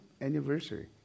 anniversary